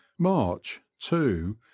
march, too,